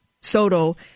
Soto